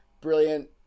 brilliant